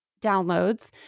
downloads